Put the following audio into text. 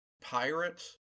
pirates